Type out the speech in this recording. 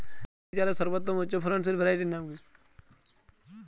বাসমতী চালের সর্বোত্তম উচ্চ ফলনশীল ভ্যারাইটির নাম কি?